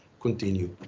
continue